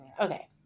Okay